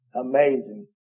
amazing